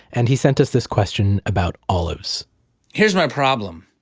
and he sent us this question about olives here's my problem.